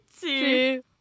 two